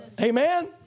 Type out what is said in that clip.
Amen